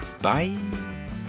Bye